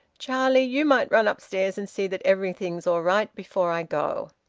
charlie, you might run upstairs and see that everything's all right before i go.